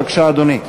בבקשה, אדוני.